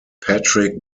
patrick